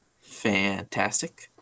fantastic